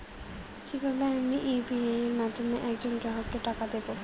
কিভাবে আমি ইউ.পি.আই এর মাধ্যমে এক জন গ্রাহককে টাকা দেবো?